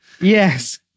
yes